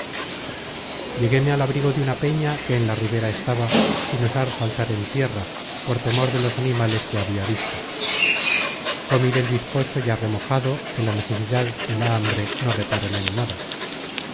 lleguéme al abrigo de una peña que en la ribera estaba sin osar saltar en tierra por temor de los animales que habia visto comí del bizcocho ya remojado que la necesidad y la hambre no reparan en nada